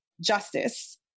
justice